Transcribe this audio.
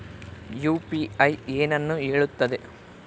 UPI ಏನನ್ನು ಹೇಳುತ್ತದೆ?